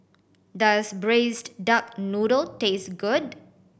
does Braised Duck Noodle taste good